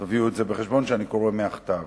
תביאו בחשבון שאני קורא מן הכתב.